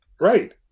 Right